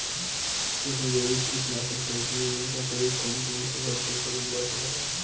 सुक्ष्म जैविक कीट नाशक ट्राइकोडर्मा क प्रयोग कवन कवन फसल पर करल जा सकेला?